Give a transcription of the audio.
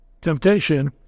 temptation